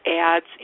ads